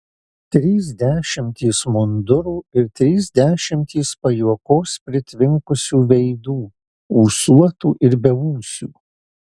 trys dešimtys mundurų ir trys dešimtys pajuokos pritvinkusių veidų ūsuotų ir beūsių